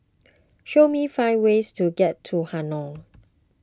Show me five ways to get to Hanoi